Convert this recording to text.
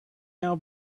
now